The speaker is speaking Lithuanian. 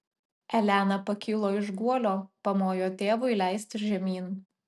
elena pakilo iš guolio pamojo tėvui leistis žemyn